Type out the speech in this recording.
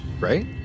right